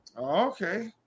Okay